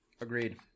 agreed